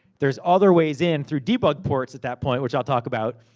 there's other ways in through debug ports at that point, which i'll talk about.